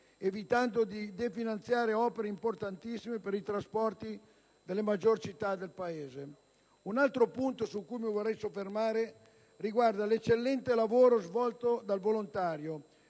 evitando di definanziare opere importantissime per i trasporti delle maggiori città del Paese. Un altro punto su cui mi vorrei soffermare riguarda l'eccellente lavoro svolto dal volontariato